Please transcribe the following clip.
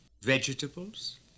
vegetables